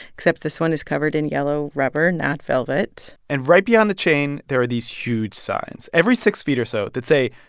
except this one is covered in yellow rubber, not velvet and right beyond the chain, there are these huge signs every six feet or so that say,